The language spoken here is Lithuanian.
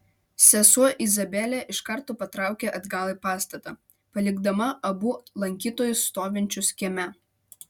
sesuo izabelė iš karto patraukė atgal į pastatą palikdama abu lankytojus stovinčius kieme